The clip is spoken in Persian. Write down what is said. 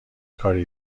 کار